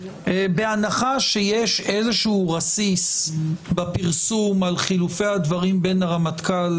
בהנחה שיש איזשהו רסיס בפרסום על חילופי הדברים בין הרמטכ"ל